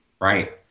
Right